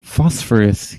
phosphorus